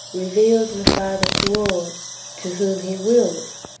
reveals the father to all to whom he wills,